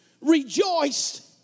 rejoiced